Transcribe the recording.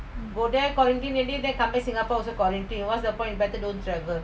for their quality nearly that cafe singapore was according to you what's the point better don't dragon